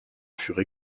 furent